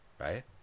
right